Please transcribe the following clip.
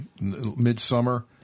mid-summer